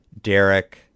Derek